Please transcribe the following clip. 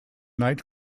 night